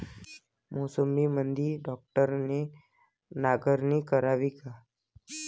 मोसंबीमंदी ट्रॅक्टरने नांगरणी करावी का?